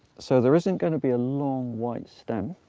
so there isn't going to be a long white stem.